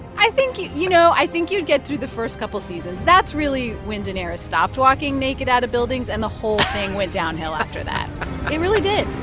i think you you know, i think you'd get through the first couple seasons. that's really when daenerys stops walking naked out of buildings, and the whole thing went downhill after that it really did